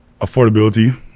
affordability